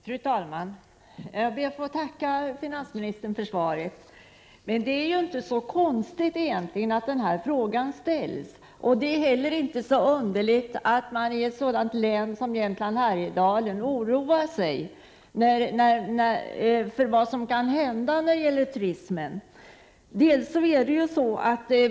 Fru talman! Jag ber att få tacka finansministern för svaret. Det är inte så konstigt att den här frågan ställs, och det är heller inte underligt att man i Jämtland och Härjedalen oroar sig för vad som kan hända när det gäller turismen.